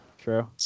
true